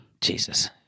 Jesus